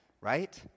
right